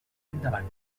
endavant